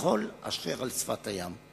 כחול אשר על שפת הים.